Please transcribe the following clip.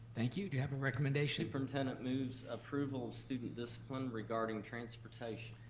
thank you. do you have a recommendation? superintendent moves approval of student discipline regarding transportation.